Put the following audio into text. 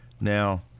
now